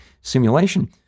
simulation